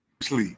Sleep